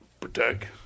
protect